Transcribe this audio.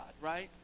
right